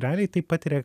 realiai tai patiria